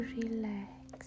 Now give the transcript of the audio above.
relax